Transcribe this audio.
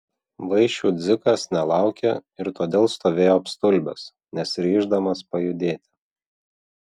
vaišių dzikas nelaukė ir todėl stovėjo apstulbęs nesiryždamas pajudėti